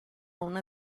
una